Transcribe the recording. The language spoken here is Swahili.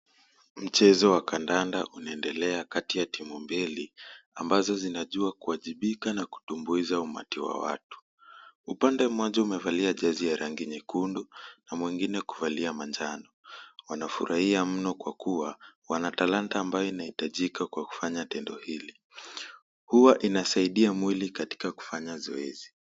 Mchezo wa kandanda unaendelea kati ya timu mbili ambazo zinajua kuwajibika na kutumbuiza umati wa watu. Upande mmoja umevalia jezi ya rangi nyekundu na mwingine kuvalia manjano. Wanafurahia mno kwa kuwa wanalanta ambayo inahitajika kwa kufanya tendo hili. Huwa inasaidia mwili katika kufanya zoezi.